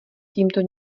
tímto